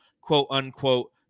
quote-unquote